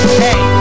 hey